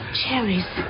cherries